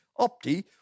opti